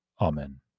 Amen